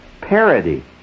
parody